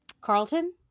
Carlton